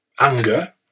anger